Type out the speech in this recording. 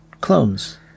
clones